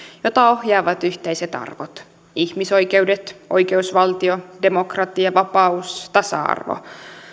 jota ohjaavat yhteiset arvot ihmisoikeudet oikeusvaltio demokratia vapaus tasa arvo